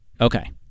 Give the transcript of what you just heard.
Okay